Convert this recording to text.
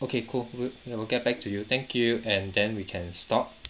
okay cool we'll get back to you thank you and then we can stop